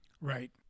Right